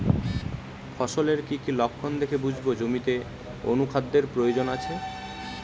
ফসলের কি কি লক্ষণ দেখে বুঝব জমিতে অনুখাদ্যের প্রয়োজন আছে?